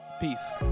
Peace